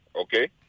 okay